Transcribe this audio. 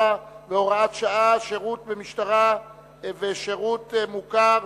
7 והוראת שעה) (שירות במשטרה ושירות מוכר)